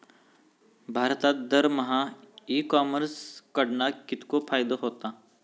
भारतात दरमहा e commerce कडणा कितको फायदो होता?